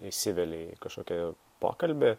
įsiveli į kažkokį pokalbį